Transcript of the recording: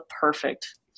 perfect